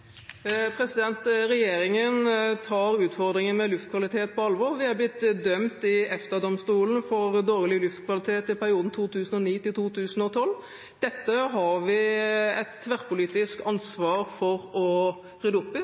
Regjeringen tar utfordringen med luftkvalitet på alvor. Vi er blitt dømt i EFTA-domstolen for dårlig luftkvalitet i perioden 2009–2012. Dette har vi et tverrpolitisk ansvar for å rydde opp i.